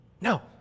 no